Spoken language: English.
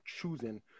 choosing